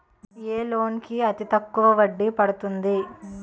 ఏ loan కి అతి తక్కువ వడ్డీ పడుతుంది?